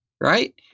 right